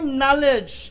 knowledge